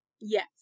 Yes